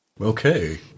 okay